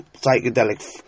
psychedelic